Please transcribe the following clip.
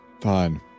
fine